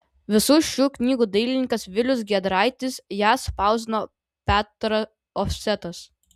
visų šių knygų dailininkas vilius giedraitis jas spausdino petro ofsetas